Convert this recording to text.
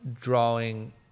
drawing